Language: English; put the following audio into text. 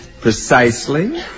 Precisely